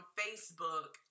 facebook